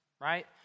Right